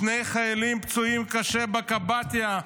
שני חיילים פצועים קשה בקבאטיה,